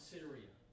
Syria